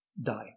die